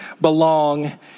belong